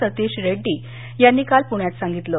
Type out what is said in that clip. सतीश रेड्डी यांनी काल पुण्यात केलं